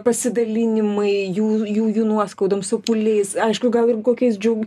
pasidalinimai jų jų jų nuoskaudom sopuliais aišku gal ir kokiais džiau